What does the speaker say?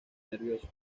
nervioso